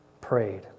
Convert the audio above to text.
prayed